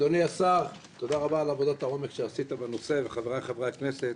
אדוני השר תודה רבה על עבודת העומק שעשית בנושא וחבריי חברי הכנסת,